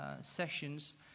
sessions